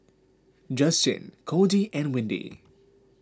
Justin Cordie and Windy